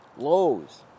Lowe's